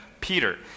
Peter